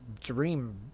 dream